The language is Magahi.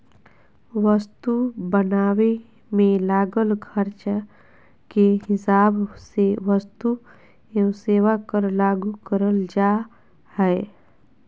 वस्तु बनावे मे लागल खर्चे के हिसाब से वस्तु एवं सेवा कर लागू करल जा हय